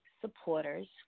supporters